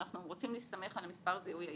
אנחנו רוצים להסתמך על מספר זיהוי הייחודי.